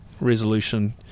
resolution